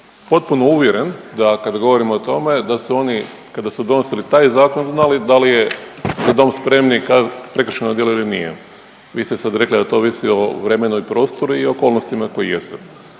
potpuno uvjeren da kad govorimo o tome da su oni kada su donosili taj zakon znali da li je „Za dom spremni“ prekršajno djelo ili nije. Vi ste sad rekli da to ovisi o vremenu i prostoru i okolnostima koje jesu,